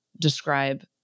describe